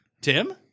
Tim